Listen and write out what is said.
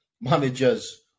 managers